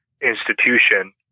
institution